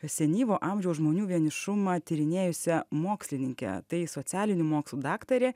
senyvo amžiaus žmonių vienišumą tyrinėjusią mokslininkę tai socialinių mokslų daktarė